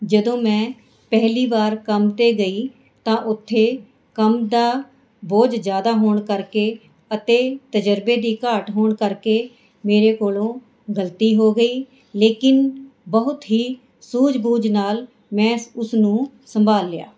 ਜਦੋਂ ਮੈਂ ਪਹਿਲੀ ਵਾਰ ਕੰਮ 'ਤੇ ਗਈ ਤਾਂ ਉੱਥੇ ਕੰਮ ਦਾ ਬੋਝ ਜ਼ਿਆਦਾ ਹੋਣ ਕਰਕੇ ਅਤੇ ਤਜ਼ਰਬੇ ਦੀ ਘਾਟ ਹੋਣ ਕਰਕੇ ਮੇਰੇ ਕੋਲੋਂ ਗਲਤੀ ਹੋ ਗਈ ਲੇਕਿਨ ਬਹੁਤ ਹੀ ਸੂਝ ਬੂਝ ਨਾਲ ਮੈਂ ਉਸਨੂੰ ਸੰਭਾਲ ਲਿਆ